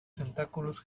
tentáculos